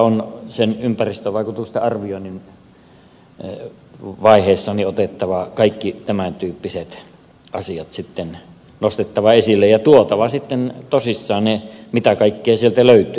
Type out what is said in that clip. tietysti sen ympäristön vaikutusten arvioinnin vaiheessa kaikki tämän tyyppiset asiat on nostettava esille ja tuotava tosissaan esille kaikki se mitä sieltä löytyy